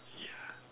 yeah